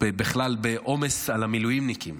בכלל בעומס על המילואימניקים.